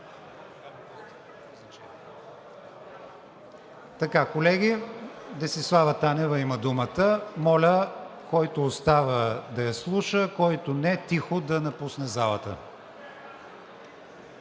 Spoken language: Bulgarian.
Танева. Колеги, Десислава Танева има думата. Моля, който остава, да я слуша, който не, тихо да напусне залата.